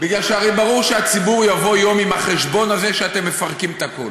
כי הרי ברור שיבוא יום והציבור יבוא חשבון עם זה שאתם מפרקים את הכול,